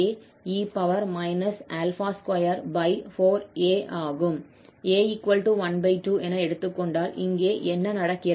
a 12 என எடுத்துக்கொண்டால் இங்கே என்ன நடக்கிறது